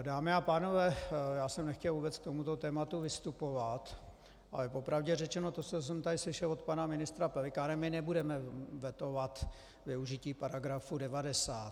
Dámy a pánové, já jsem nechtěl vůbec k tomuto tématu vystupovat, ale po pravdě řečeno, to, co jsem tady slyšel od pana ministra Pelikána my nebudeme vetovat využití § 90.